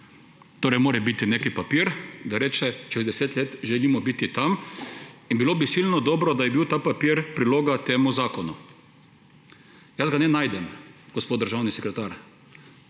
Torej mora biti neki papir, da reče, čez deset let želimo biti tam, in bilo bi silno dobro, da bi bil ta papir priloga k temu zakonu. Jaz ga ne najdem, gospod državni sekretar.